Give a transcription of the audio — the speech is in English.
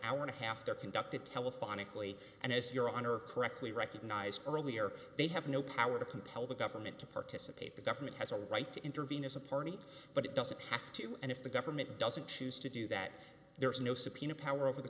hour and a half there conducted telephonically and as your honor correctly recognized earlier they have no power to compel the government to participate the government has a right to intervene as a party but it doesn't have to and if the government doesn't choose to do that there is no subpoena power of the